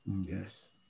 Yes